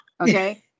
Okay